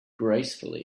gracefully